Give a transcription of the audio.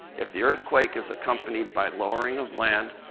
if the earthquake is accompanied by lowering of land,